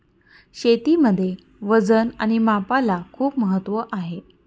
शेतीमध्ये वजन आणि मापाला खूप महत्त्व आहे